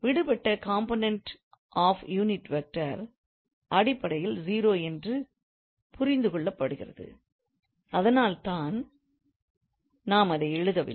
விடுபட்ட component of unit vector அடிப்படையில் 0 என்று புரிந்து கொள்ளப்படுகிறது அதனால்தான் நாம் அதை எழுதவில்லை